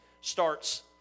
starts